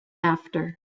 after